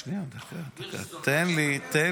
שנייה, דקה, תן לי.